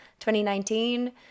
2019